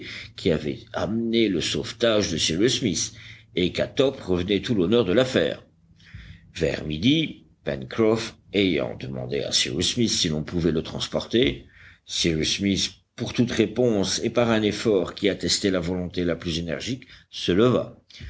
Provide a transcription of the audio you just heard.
qui avaient amené le sauvetage de cyrus smith et qu'à top revenait tout l'honneur de l'affaire vers midi pencroff ayant demandé à cyrus smith si l'on pouvait le transporter cyrus smith pour toute réponse et par un effort qui attestait la volonté la plus énergique se leva